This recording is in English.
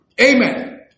Amen